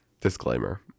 Disclaimer